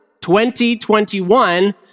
2021